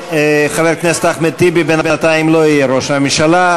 וחבר הכנסת אחמד טיבי בינתיים לא יהיה ראש הממשלה.